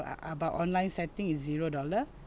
uh about online setting is zero dollar